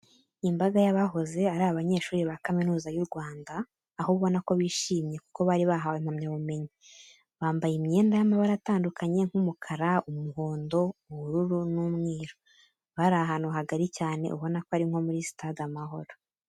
Imbaga y'abahoze ari abanyeshuri ba Kaminiza y'u Rwanda, aho ubona ko bishimye kuko bari bahawe impamyabumenyi. Bambaye imyenda y'amabara atandukanye nk'umukara, umuhondo, ubururu n'umweru. Bari ahantu hagari cyane ubona ko ari nko muri sitade Amahoro.